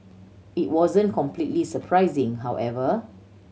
it wasn't completely surprising however